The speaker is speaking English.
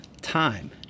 time